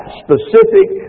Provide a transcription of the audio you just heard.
specific